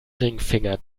ringfinger